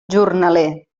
jornaler